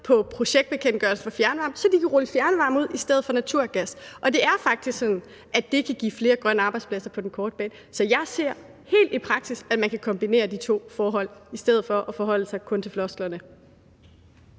på projektbekendtgørelsen for fjernvarme, så de kan rulle fjernvarme ud i stedet for naturgas. Og det er faktisk sådan, at det kan give flere grønne arbejdspladser på den korte bane. Så jeg ser fuldstændig for mig, at man i praksis kan kombinere de to hensyn i stedet for kun at forholde sig til flosklerne.